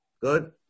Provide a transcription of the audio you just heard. Good